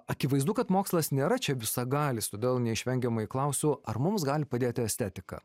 akivaizdu kad mokslas nėra čia visagalis todėl neišvengiamai klausiu ar mums gali padėti estetika